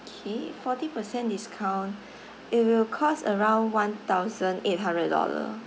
K forty percent discount it will cost around one thousand eight hundred dollar